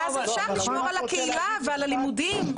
ואז אפשר לשמור על הקהילה ועל הלימודים.